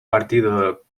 partido